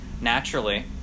Naturally